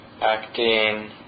acting